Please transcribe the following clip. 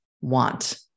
want